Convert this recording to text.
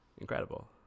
Incredible